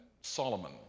Solomon